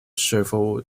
several